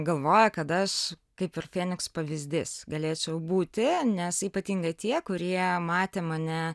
galvoja kad aš kaip ir fenikso pavyzdys galėčiau būti nes ypatingai tie kurie matė mane